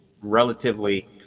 relatively